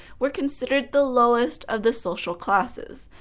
were considered the lowest of the social classes,